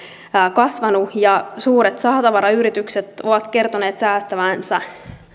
kasvanut ja suuret sahatavarayritykset ovat kertoneet säästävänsä